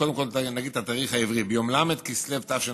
או קודם כול נגיד את התאריך העברי: ביום ל' בכסלו תשע"ח,